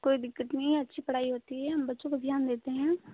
कोई दिक्कत नहीं है अच्छी पढ़ाई होती है हम बच्चों को ध्यान देते हैं